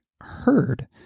heard